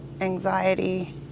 anxiety